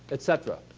et cetera.